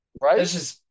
right